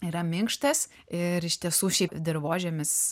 yra minkštas ir iš tiesų šiaip dirvožemis